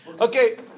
Okay